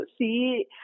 see